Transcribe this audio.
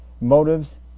motives